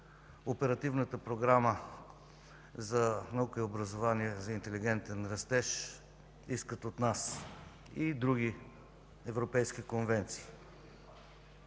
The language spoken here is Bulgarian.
Оперативната програма за наука и образование, за интелигентен растеж и други европейски конвенции